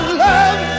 love